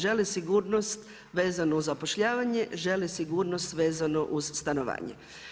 Žele sigurnost vezano uz zapošljavanje, žele sigurnost vezano uz stanovanje.